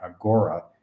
Agora